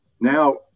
now